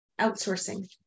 Outsourcing